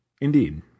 Indeed